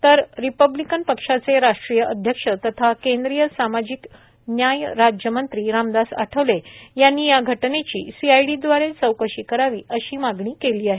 तर रिपब्लिकन पक्षाचे राष्ट्रीय अध्यक्ष तथा केंद्रीय सामाजिक न्याय राज्यमंत्री रामदास आठवले यांनी या घटनेची सीआयडीद्वारे चौकशी करावी अशी मागणी केली आहे